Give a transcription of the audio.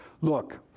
Look